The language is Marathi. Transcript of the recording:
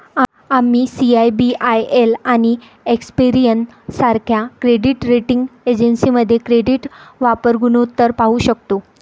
आम्ही सी.आय.बी.आय.एल आणि एक्सपेरियन सारख्या क्रेडिट रेटिंग एजन्सीमध्ये क्रेडिट वापर गुणोत्तर पाहू शकतो